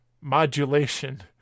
modulation